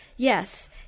Yes